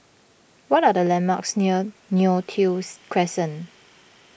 what are the landmarks near Neo Tiew Crescent